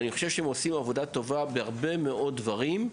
אני חושב שהם עושים עבודה טובה בהרבה מאוד דברים,